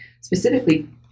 specifically